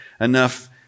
enough